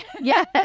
Yes